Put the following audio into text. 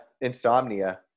insomnia